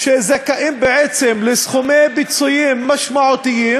שזכאים בעצם לסכומי פיצויים משמעותיים,